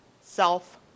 self